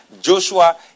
Joshua